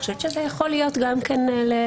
זה יכול להיות רלוונטי גם לחברה.